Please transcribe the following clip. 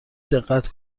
دقت